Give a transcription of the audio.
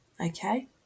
Okay